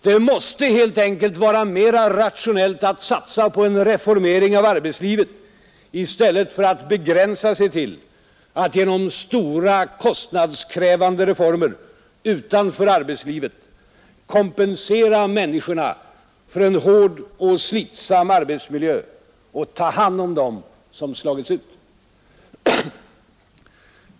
Det måste helt enkelt vara mer rationellt att satsa på en reformering av arbetslivet i stället för att begränsa sig till att genom stora, kostnadskrävande reformer utanför arbetslivet kompensera människorna för en hård och slitsam arbetsmiljö och ta hand om dem som slagits ut.